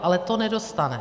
Ale to nedostane.